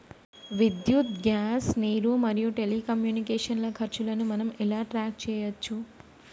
విద్యుత్ గ్యాస్ నీరు మరియు టెలికమ్యూనికేషన్ల ఖర్చులను మనం ఎలా ట్రాక్ చేయచ్చు?